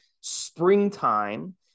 springtime